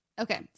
Okay